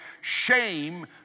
shame